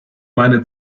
meine